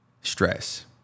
stress